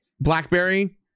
blackberry